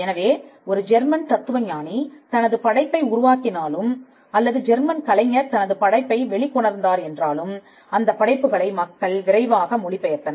எனவே ஒரு ஜெர்மன் தத்துவ ஞானி தனது படைப்பை உருவாக்கினாலும அல்லது ஜெர்மன் கலைஞர் தனது படைப்பை வெளிக்கொணர்ந்தார் என்றாலும் அந்த படைப்புகளை மக்கள் விரைவாக மொழிபெயர்த்தனர்